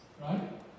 Right